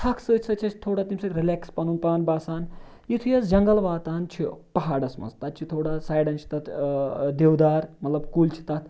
تھَکھ سۭتۍ سۭتۍ چھِ أسۍ تھوڑا تٔمۍ سۭتۍ رٕلیکٕس پَنُن پان باسان یُتھُے أسۍ جنٛگَل واتان چھِ پہاڑَس منٛز تَتہِ چھِ تھوڑا سایڈَن چھِ تَتھ دِودار مطلب کُلۍ چھِ تَتھ